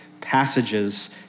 passages